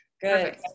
good